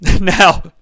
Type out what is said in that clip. Now